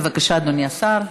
בבקשה, אדוני השר.